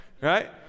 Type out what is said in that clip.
Right